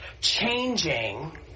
changing